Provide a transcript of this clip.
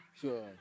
Sure